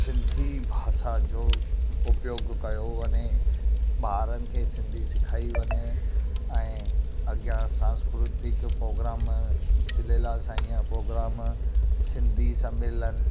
सिंधी भाषा जो उपयोगु कयो वञे ॿारनि खे सिंधी सिखाई वञे ऐं अॻियां संस्कृतिक जो प्रोग्राम झूलेलाल साईं जा प्रोग्राम सिंधी समेलन